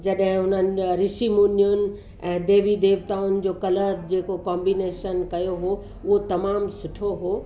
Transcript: जॾहिं हुननि ऋषि मुनियुनि ऐं देवी देवताउनि जो कलर जेको कॉम्बिनेशन कयो हो उहो तमामु सुठो हो